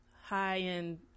high-end